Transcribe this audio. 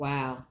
Wow